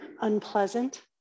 Unpleasant